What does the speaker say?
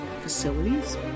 facilities